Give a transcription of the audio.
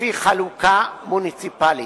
לפי חלוקה מוניציפלית.